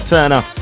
Turner